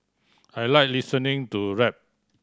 I like listening to rap